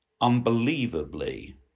unbelievably